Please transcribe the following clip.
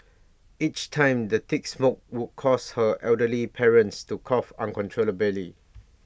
each time the thick smoke would cause her elderly parents to cough uncontrollably